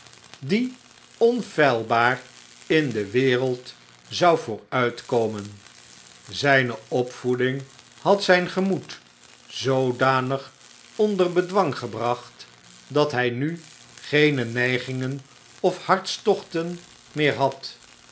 die onfeilbaar in de wereld zou vooruitkomen zijne opvoeding had zijn gemoed zoodanig onder bedwang gebracht dat hij nu geene neigingen of hartstochten meer had